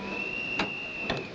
me